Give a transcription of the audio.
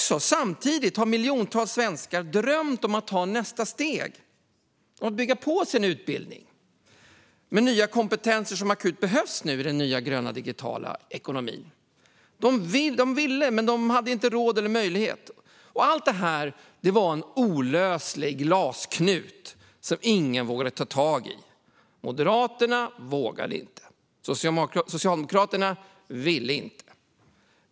Samtidigt har miljontals svenskar drömt om att ta nästa steg och bygga på sin utbildning med nya kompetenser som akut behövs i den nya gröna digitala ekonomin. De ville men hade inte råd eller möjlighet. Allt detta var en olöslig LAS-knut som ingen vågade ta tag i. Moderaterna vågade inte. Socialdemokraterna ville inte.